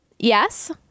Yes